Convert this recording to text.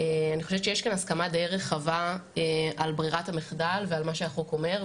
אני חושבת שיש כאן הסכמה די רחבה על ברירת המחדל ועל מה שהחוק אומר,